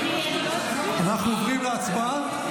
אנחנו עוברים להצבעה?